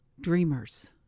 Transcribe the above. dreamers